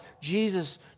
Jesus